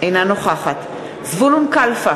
אינה נוכחת זבולון קלפה,